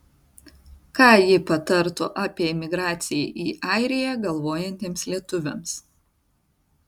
ką ji patartų apie emigraciją į airiją galvojantiems lietuviams